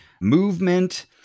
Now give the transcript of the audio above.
movement